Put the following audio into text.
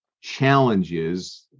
challenges